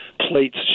plates